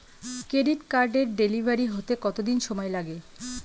Credit কার্ডের delivery হতে কতদিন সময় লাগে?